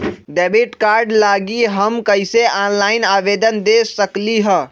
Debit card लागी हम कईसे ऑनलाइन आवेदन दे सकलि ह?